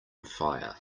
fire